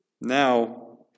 Now